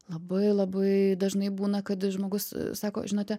labai labai dažnai būna kad žmogus sako žinote